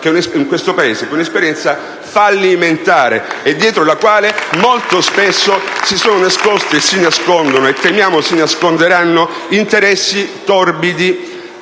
di un'esperienza fallimentare, dietro alla quale molto spesso si sono nascosti, si nascondono e temiamo si nasconderanno interessi torbidi.